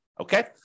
okay